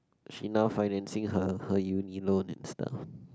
she now financing her her uni loan and stuff